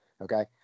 Okay